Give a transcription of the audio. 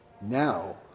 Now